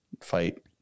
fight